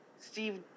Steve